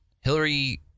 Hillary